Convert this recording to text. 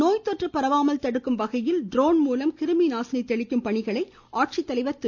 நோய் தொற்று பரவாமல் தடுக்கும் வகையில் ட்ரோன் மூலம் கிருமி நாசினி தெளிக்கும் பணியை மாவட்ட ஆட்சித்தலைவா் திரு